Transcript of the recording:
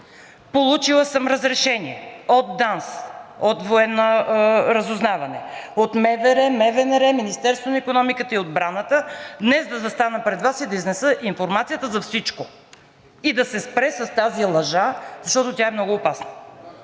Получила съм разрешение от ДАНС, от Военното разузнаване, от МВР, от МВнР, министерствата на икономиката и на отбраната днес да застана пред Вас и да изнеса информацията за всичко, и да се спре с тази лъжа, защото тя е много опасна.